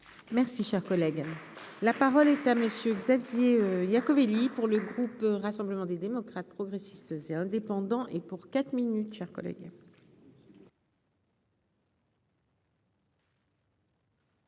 Merci, cher collègue, la parole est à messieurs Xavier Iacovelli. Pour le groupe Rassemblement des démocrates progressistes et indépendants et pour quatre minutes chers collègues.